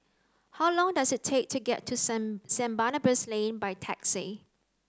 how long does it take to get to Saint Saint Barnabas Lane by taxi